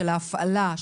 של ההפעלה,